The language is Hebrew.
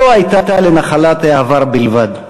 לא הייתה נחלת העבר בלבד.